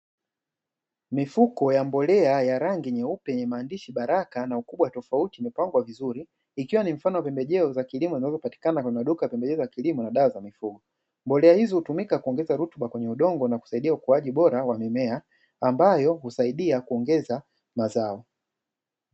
Mifuko ya mbolea ya rangi nyeupe, yenye maandishi Baraka, na ukubwa tofauti imepangwa vizuri, ikiwa ni mfano wa pembejeo za kilimo zinazopatikana kwenye maduka ya pembejeo za kilimo na dawa za mifugo, mbolea hizo hutumika kuongeza rutuba kwenye udogo na kusaidia ukuaji bora wa mimea, ambayo husaidia kuongeza mazao.